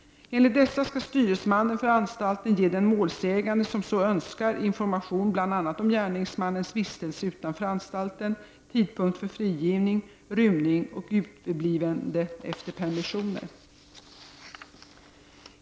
Enligt dessa skall styresmannen för anstalten ge den målsägande som så önskar information bl.a. om gärningsmannens vistelser utanför anstalten, tidpunkt för frigivning, rymning och uteblivande efter permission.